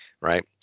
right